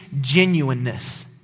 genuineness